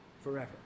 forever